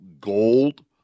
Gold